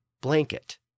blanket